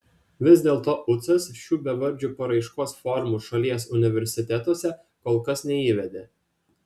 vis dėlto ucas šių bevardžių paraiškos formų šalies universitetuose kol kas neįvedė